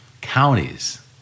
counties